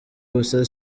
gusa